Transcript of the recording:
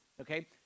okay